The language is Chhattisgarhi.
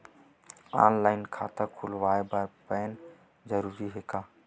ऑनलाइन खाता खुलवाय बर पैन जरूरी हे का?